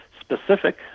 specific